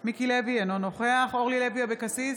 מיקי לוי, אינו נוכח אורלי לוי אבקסיס,